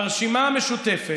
הרשימה המשותפת.